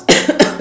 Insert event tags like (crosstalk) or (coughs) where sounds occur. (coughs)